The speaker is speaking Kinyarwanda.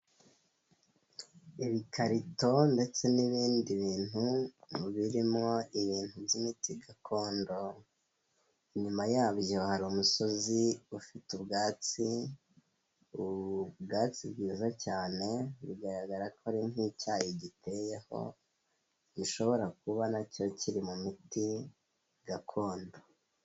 Ibikarito ndetse n'ibindi bintu birimwo ibintu by'imiti gakondo, inyuma yabyo hari umusozi ufite ubwatsi, ubwatsi bwiza cyane bigaragara ko ari nk'icyayi giteyeho gishobora kuba na cyo kiri mu miti gakondo.